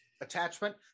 Attachment